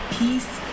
peace